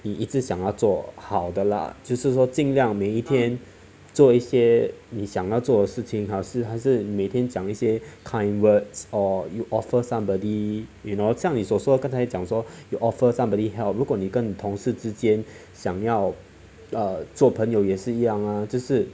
你一直想要做好的啦就是说尽量每一天做一些你想要做事情还是每天讲一些 kind words or you offer somebody you know 这样 is also a 刚才讲说 you offer somebody help 如果你跟同事之间想要 err 做朋友也是一样啊就是